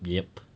yup